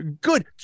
good